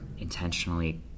intentionally